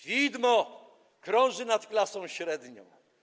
Widmo krąży nad klasą średnią?